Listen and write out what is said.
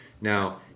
Now